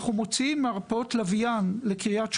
אנחנו מוציאים מרפאות לוויין לקריית שמונה,